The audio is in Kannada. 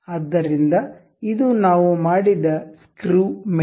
ಆದ್ದರಿಂದ ಇದು ನಾವು ಮಾಡಿದ ಸ್ಕ್ರೂ ಮೇಟ್